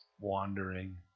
wandering